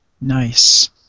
Nice